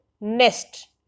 nest